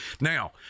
Now